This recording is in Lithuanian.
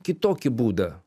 kitokį būdą